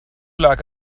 lag